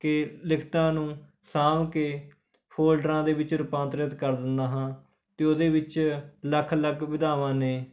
ਕਿ ਲਿਖਤਾਂ ਨੂੰ ਸਾਂਭ ਕੇ ਫੋਲਡਰਾਂ ਦੇ ਵਿੱਚ ਰੂਪਾਂਤਰਿਤ ਕਰ ਦਿੰਦਾ ਹਾਂ ਅਤੇ ਉਹਦੇ ਵਿੱਚ ਲੱਖ ਅਲੱਗ ਵਿਧਾਵਾਂ ਨੇ